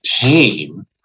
tame